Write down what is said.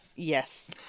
Yes